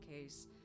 case